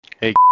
Hey